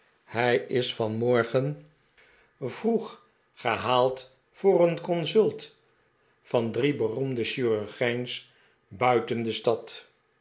hij is vanmorgen vroeg gehaal v d voor een consult van drie beroemde chirurgijns buiten de stad